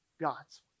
God's